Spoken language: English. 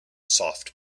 soft